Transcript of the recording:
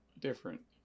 different